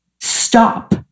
stop